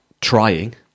trying